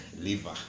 liver